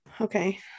Okay